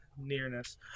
nearness